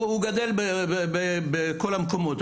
הוא גדל בכל המקומות.